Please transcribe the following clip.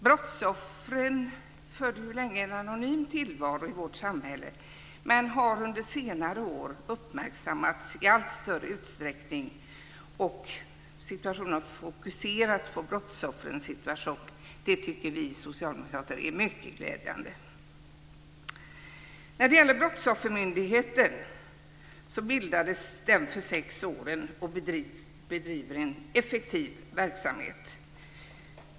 Brottsoffren förde länge en anonym tillvaro i vårt samhälle. De har under senare år uppmärksammats i allt större utsträckning. Uppmärksamheten har fokuserats på brottsoffrens situation. Det tycker vi socialdemokrater är mycket glädjande. Brottsoffermyndigheten bildades för sex år sedan, och den bedriver en effektiv verksamhet.